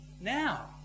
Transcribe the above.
now